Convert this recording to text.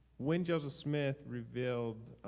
when joseph smith revealed